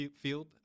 field